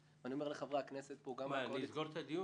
ספונטנית, ממזרית, רפלקטיבית, ביקורתית,